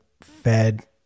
Fed